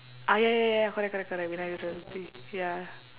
ah ya ya ya correct correct correct vinayagar sathurthi ya